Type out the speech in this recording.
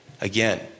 Again